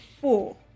four